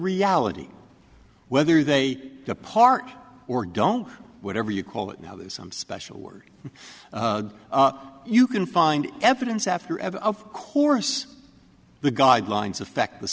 reality whether they depart or don't whatever you call it now there's some special word you can find evidence after of course the guidelines affect the